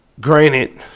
Granted